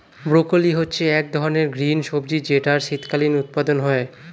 broccoli হচ্ছে এক ধরনের গ্রিন সবজি যেটার শীতকালীন উৎপাদন হয়ে